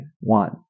one